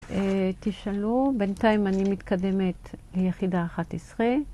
תשאלו. בינתיים אני מתקדמת ליחידה 11.